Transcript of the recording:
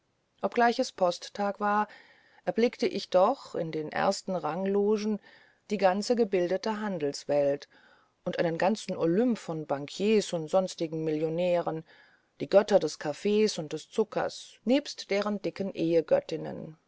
obgleich es posttag war erblickte ich doch in den ersten ranglogen die ganze gebildete handelswelt einen ganzen olymp von bankiers und sonstigen millionären die götter des kaffees und des zuckers nebst deren dicken